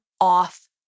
off